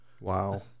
Wow